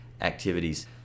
activities